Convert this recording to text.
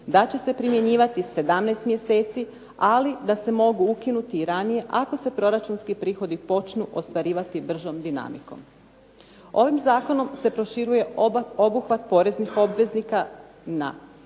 da će se primjenjivati 17 mjeseci ali da se mogu ukinuti i ranije ako se proračunski prihodi počnu ostvarivati bržom dinamikom. Ovim zakonom se proširuje obuhvat poreznih obveznika na